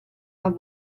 las